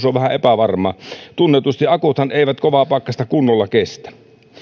on vähän epävarmaa tunnetusti akuthan eivät kovaa pakkasta kunnolla kestä